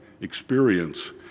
experience